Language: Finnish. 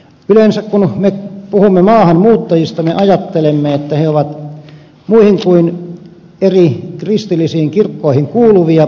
yleensä kun me puhumme maahanmuuttajista me ajattelemme että he ovat muihin kuin eri kristillisiin kirkkoihin kuuluvia